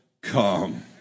come